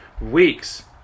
weeks